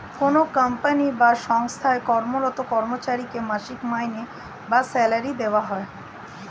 কোনো কোম্পানি বা সঙ্গস্থায় কর্মরত কর্মচারীকে মাসিক মাইনে বা স্যালারি দেওয়া হয়